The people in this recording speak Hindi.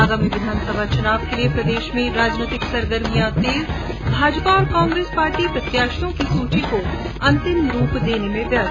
आगामी विधानसभा चुनाव के लिए प्रदेश में राजनैतिक सरगर्मिया तेज भाजपा और कांग्रेस पार्टी प्रत्याशियों की सूची को अंतिम रूप देने में व्यस्त